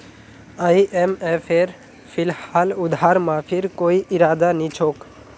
आईएमएफेर फिलहाल उधार माफीर कोई इरादा नी छोक